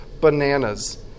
bananas